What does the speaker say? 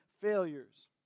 failures